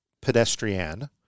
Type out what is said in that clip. pedestrian